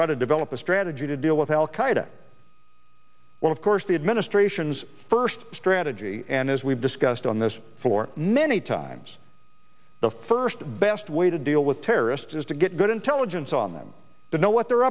try to develop a strategy to deal with al qaeda one of course the administration's first strategy and as we've discussed on this floor many times the first best way to deal with terrorists is to get good intelligence on them to know what they're